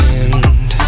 end